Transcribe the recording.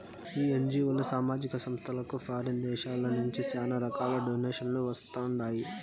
ఈ ఎన్జీఓలు, సామాజిక సంస్థలకు ఫారిన్ దేశాల నుంచి శానా రకాలుగా డొనేషన్లు వస్తండాయి